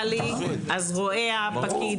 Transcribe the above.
הפרונטלי יש פקיד.